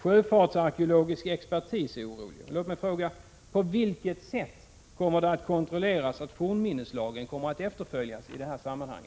Sjöfartsarkeologisk expertis är orolig. Låt mig fråga: På vilket sätt kommer det att kontrolleras att fornminneslagen efterföljs i detta sammanhang?